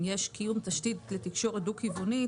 אם יש קיום תשתית לתקשורת דו-כיוונית,